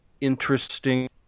interesting